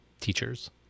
teachers